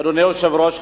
אדוני היושב-ראש,